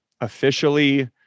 officially